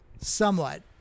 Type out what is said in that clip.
Somewhat